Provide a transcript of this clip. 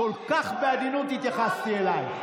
כל כך בעדינות התייחסתי אליך.